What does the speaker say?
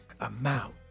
amount